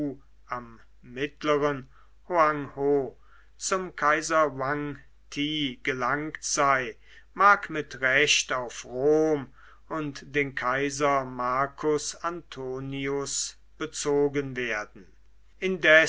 am mittleren hoang ho zum kaiser hwan ti gelangt sei mag mit recht auf rom und den kaiser marcus antoninus bezogen werden